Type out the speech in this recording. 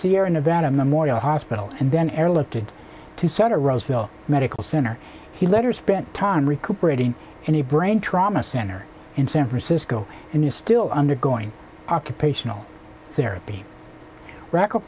sierra nevada memorial hospital and then airlifted to sutter roseville medical center he later spent time recuperating in the brain trauma center in san francisco and you're still undergoing occupational therapy ra